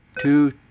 two